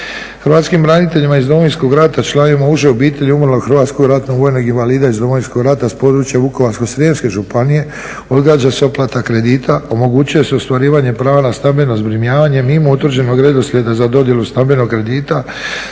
Hrvatskim braniteljima iz Domovinskog rata i članovim uže obitelji umrlog hrvatskog ratnog vojnog invalida iz Domovinskog rata s područja Vukovarsko-srijemske županje odgađa se otplata kredite, omogućuje se ostvarivanje prava na stambeno zbrinjavanje mimo utvrđenog redoslijeda za dodjelu stambenog kredita